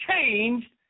changed